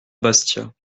bastia